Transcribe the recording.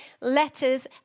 letters